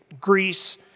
Greece